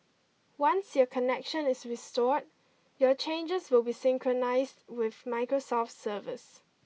once your connection is restored your changes will be synchronised with Microsoft's servers